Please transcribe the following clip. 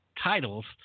titles